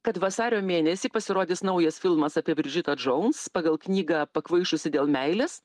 kad vasario mėnesį pasirodys naujas filmas apie bridžitą džouns pagal knygą pakvaišusi dėl meilės